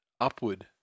upward